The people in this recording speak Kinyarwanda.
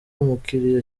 umukiriya